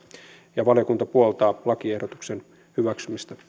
valiokunta puoltaa lakiehdotuksen hyväksymistä